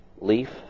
leaf